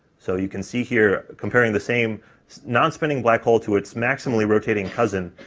so you can see here, comparing the same non-spinning black hole to its maximally rotating cousin,